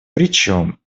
причем